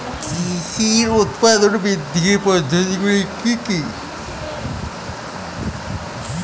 কৃষির উৎপাদন বৃদ্ধির পদ্ধতিগুলি কী কী?